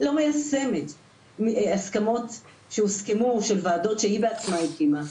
לא מיישמת הסכמות שהוסכמו בוועדות שהיא בעצמה הקימה,